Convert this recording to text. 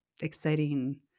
exciting